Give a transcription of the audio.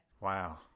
Wow